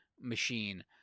machine